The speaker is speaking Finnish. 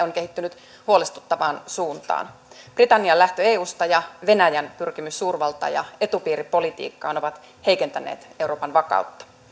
on kehittynyt huolestuttavaan suuntaan britannian lähtö eusta ja venäjän pyrkimys suurvalta ja etupiiripolitiikkaan ovat heikentäneet euroopan vakautta